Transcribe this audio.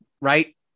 right